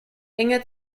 enge